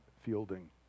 fielding